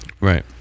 Right